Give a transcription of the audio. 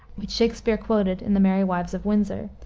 which shakspere quoted in the merry wives of windsor,